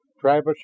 Travis